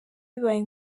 bibaye